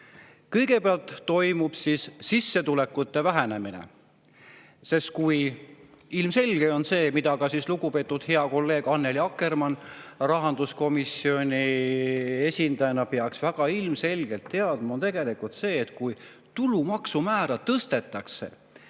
Kõigepealt toimub sissetulekute vähenemine. Sest ilmselge on see, mida ka lugupeetud hea kolleeg Annely Akkermann rahanduskomisjoni esindajana peaks teadma, on tegelikult see, et kui tulumaksumäära tõstetakse,